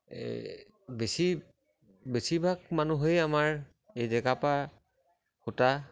এই বেছি বেছিভাগ মানুহেই আমাৰ এই জেগাৰপৰা সূতা